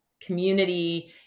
community